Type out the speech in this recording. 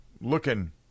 looking